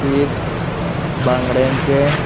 शीत बांगड्यांचें